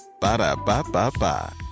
Ba-da-ba-ba-ba